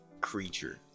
creature